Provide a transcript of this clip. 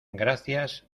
gracias